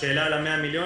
לגבי ה-100 מיליון?